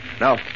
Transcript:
Now